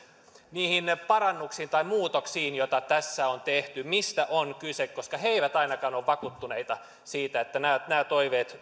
niihin parannuksiin tai muutoksiin joita tässä on tehty mistä on kyse koska kunnat eivät ainakaan ole vakuuttuneita siitä että nämä toiveet